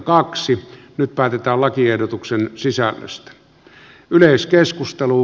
nyt päätetään lakiehdotuksen sisällöstä